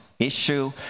issue